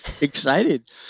excited